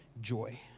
joy